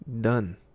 Done